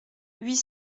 huit